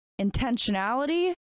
intentionality